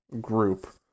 group